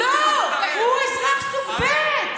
לא, הוא אזרח סוג ב'.